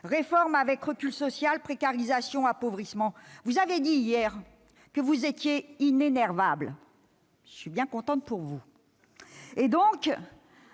réforme avec recul social, précarisation, appauvrissement. Vous avez dit hier que vous étiez « inénervable »; j'en suis bien contente pour vous !